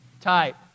type